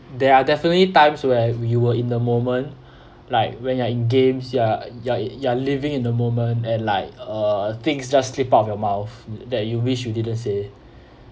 there are definitely times where we were in the moment like when you are in games you are you are you are living in the moment and like uh things just slip out of your mouth that you wish you didn't say